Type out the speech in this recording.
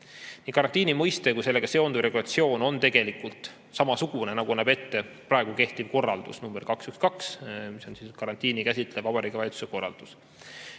Nii karantiini mõiste kui ka sellega seonduv regulatsioon on tegelikult samasugune, nagu näeb ette praegu kehtiv korraldus nr 212, mis on karantiini käsitlev Vabariigi Valitsuse korraldus.